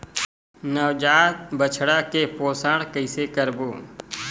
नवजात बछड़ा के पोषण कइसे करबो?